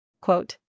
Quote